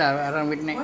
run back lah